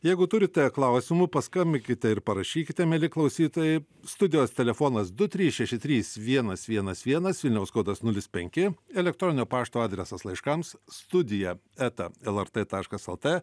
jeigu turite klausimų paskambinkite ir parašykite mieli klausytojai studijos telefonas du trys šeši trys vienas vienas vienas vilniaus kodas nulis penki elektroninio pašto adresas laiškams studija eta lrt taškas lt